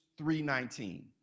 3.19